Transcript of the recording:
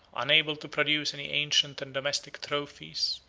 unable to produce any ancient and domestic trophies,